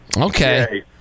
okay